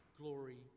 glory